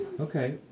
Okay